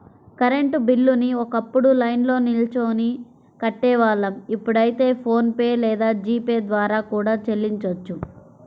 current బిల్లుని ఒకప్పుడు లైన్లో నిల్చొని కట్టేవాళ్ళం ఇప్పుడైతే ఫోన్ పే లేదా జీ పే ద్వారా కూడా చెల్లించొచ్చు